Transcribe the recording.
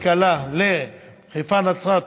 רכבת קלה חיפה נצרת,